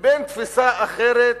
לבין תפיסה אחרת,